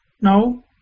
no